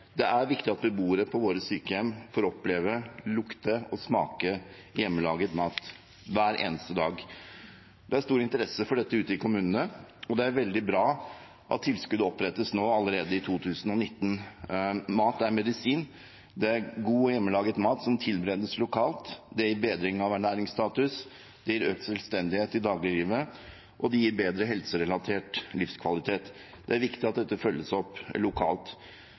Det er viktig at beboere på våre sykehjem får oppleve, lukte og smake hjemmelaget mat, hver eneste dag. Det er stor interesse for dette ute i kommunene og veldig bra at tilskuddet opprettes allerede nå i 2019. Mat er medisin. God, hjemmelaget mat som tilberedes lokalt, gir bedring av ernæringsstatus, økt selvstendighet i dagliglivet og bedre helserelatert livskvalitet. Det er viktig at dette følges opp lokalt.